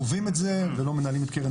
אנחנו לא גובים את זה ולא מנהלים את קרן